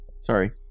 Sorry